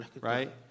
Right